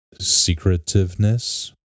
secretiveness